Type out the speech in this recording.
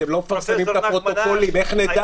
אתם לא מפרסמים את הפרוטוקולים, איך נדע?